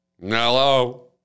hello